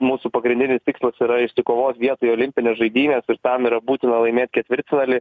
mūsų pagrindinis tikslas yra išsikovot vietą į olimpines žaidynes ir tam yra būtina laimėt ketvirtfinalį